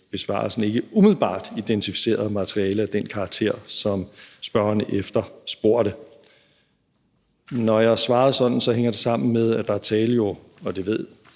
besvarelsen ikke umiddelbart identificeret materiale af den karakter, som spørgeren efterspurgte. Når jeg har svaret sådan, hænger det sammen med, at der jo er tale om, og det ved